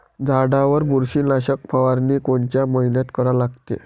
झाडावर बुरशीनाशक फवारनी कोनच्या मइन्यात करा लागते?